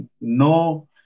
no